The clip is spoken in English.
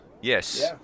yes